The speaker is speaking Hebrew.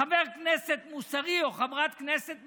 חבר כנסת מוסרי או חברת כנסת מוסרית,